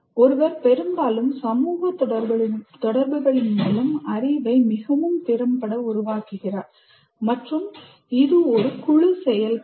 ஒருவர் பெரும்பாலும் சமூக தொடர்புகளின் மூலம் அறிவை மிகவும் திறம்பட உருவாக்குகிறார் மற்றும் இது ஒரு குழு செயல்பாடு